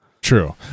True